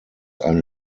eine